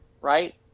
right